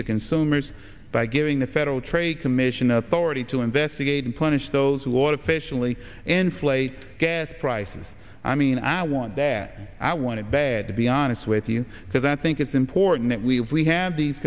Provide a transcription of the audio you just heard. to consumers by giving the federal trade commission authority to investigate and punish those who water patiently inflate gas prices i mean i want that i want it bad to be honest with you because i think it's important that we we have